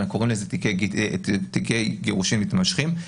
אלא קוראים לזה תיקי גירושין מתמשכים.